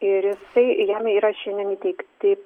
ir jisai jam yra šiandien įteikti